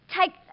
take